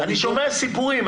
שומע סיפורים.